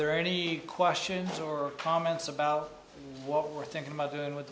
there any questions or comments about what we're thinking about doing with